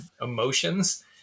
emotions